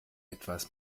etwas